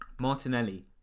Martinelli